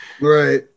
right